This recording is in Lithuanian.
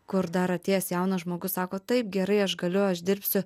kur dar atėjęs jaunas žmogus sako taip gerai aš galiu aš dirbsiu